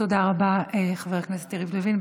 תודה רבה, חבר הכנסת יריב לוין.